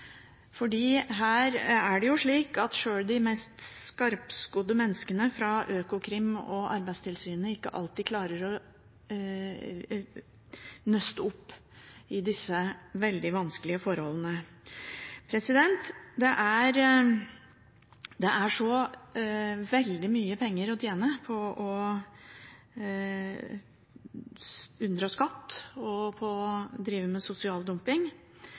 her er det jo slik at sjøl de mest skarpskodde menneskene fra Økokrim og Arbeidstilsynet ikke alltid klarer å nøste opp i disse veldig vanskelige forholdene. Det er så veldig mye penger å tjene på å unndra skatt og drive med sosial dumping